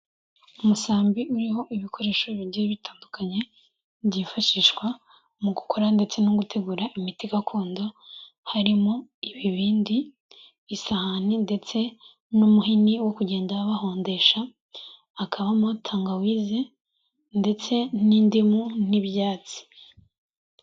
Umusambi uriho ibikoresho bigiye bitandukanye, byifashishwa mu gukora ndetse no gutegura imiti gakondo, harimo ibibindi, isahani ndetse n'umuhini wo kugenda bahondesha, hakabamo tangawizi ndetse n'indimu n'ibyatsi.